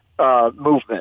Movement